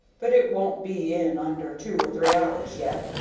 but it won't be in under two or three hours yet,